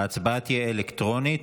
ההצבעה תהיה אלקטרונית.